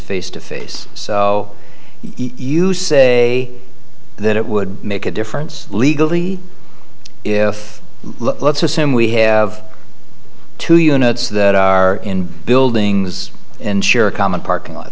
to face so easy to say that it would make a difference legally if let's assume we have two units that are in buildings and share a common parking lot